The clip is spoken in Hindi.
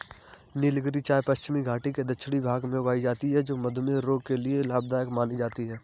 नीलगिरी चाय पश्चिमी घाटी के दक्षिणी भाग में उगाई जाती है जो मधुमेह रोग के लिए लाभदायक मानी जाती है